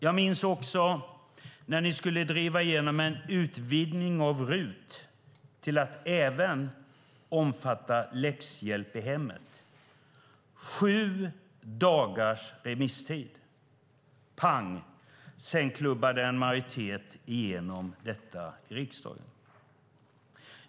Jag minns också när ni skulle driva igenom en utvidgning av RUT till att omfatta även läxhjälp i hemmet. Det var sju dagars remisstid, och sedan - pang - klubbade en majoritet igenom detta i riksdagen.